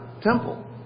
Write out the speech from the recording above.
temple